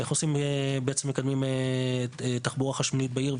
איך מקדמים תחבורה חשמלית בעיר,